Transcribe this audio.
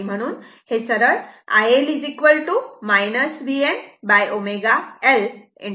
म्हणून हे सरळ iL Vmω L cos ω t असे येईल